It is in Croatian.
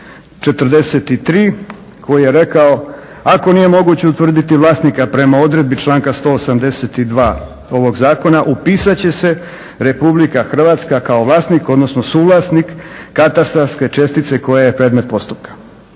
43 koji je rekao: "Ako nije moguće utvrditi vlasnika prema odredbi članka 182. ovoga Zakona upisati će se Republika Hrvatska kao vlasnik odnosno suvlasnik katastarske čestice koja je predmet postupka.".